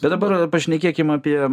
bet dabar pašnekėkim apie